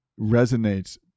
resonates